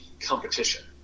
competition